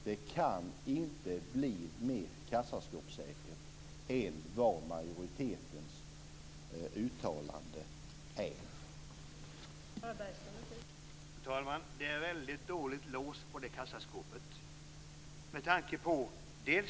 Det kan inte bli mer kassaskåpssäkert än vad majoritetens uttalande är.